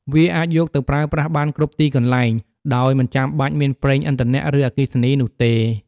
វាអាចយកទៅប្រើប្រាស់បានគ្រប់ទីកន្លែង ដោយមិនចាំបាច់មានប្រេងឥន្ធនៈ ឬអគ្គិសនីនោះទេ។